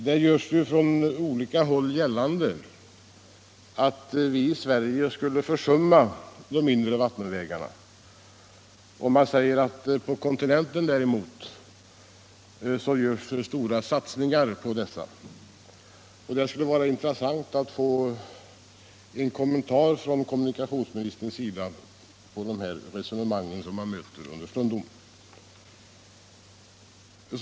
Det görs från olika håll gällande att vi i Sverige skulle försumma de inre vattenvägarna. På kontinenten däremot, säger man, görs det stora satsningar på dessa. Det skulle vara intressant att få en kommentar av kommunikationsministern till dessa resonemang, som man understundom möter.